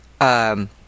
Um